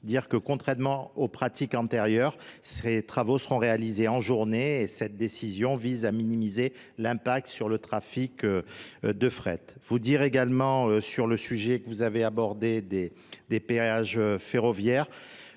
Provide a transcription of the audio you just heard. dire que contrairement aux pratiques antérieures, ces travaux seront réalisés en journée et cette décision vise à minimiser l'impact sur le trafic de fret. Vous dire également sur le sujet que vous avez abordé des périages ferroviaires,